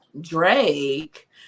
drake